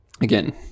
Again